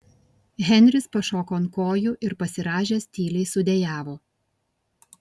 henris pašoko ant kojų ir pasirąžęs tyliai sudejavo